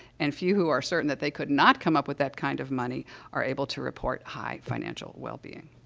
and few who are certain that they could not come up with that kind of money are able to report high financial wellbeing.